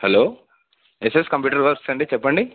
hello SS computer works అండి చెప్పండి